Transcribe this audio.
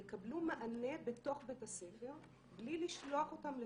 יקבלו מענה בתוך בית הספר בלי לשלוח אותם היום